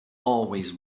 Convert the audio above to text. always